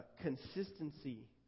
consistency